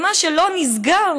ומה שלא נסגר,